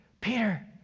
Peter